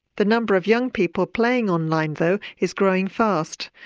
the number of young people playing online though is growing fast.